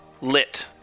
lit